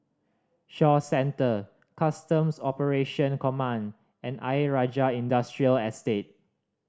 Shaw Centre Customs Operation Command and Ayer Rajah Industrial Estate